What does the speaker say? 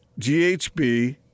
GHB